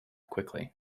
quickly